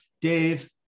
Dave